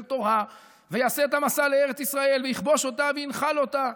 תורה ויעשה את המסע לארץ ישראל ויכבוש אותה וינחל אותה.